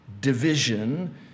division